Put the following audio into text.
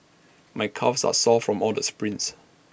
my calves are sore from all the sprints